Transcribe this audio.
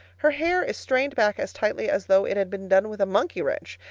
her hair is strained back as tightly as though it had been done with a monkey wrench,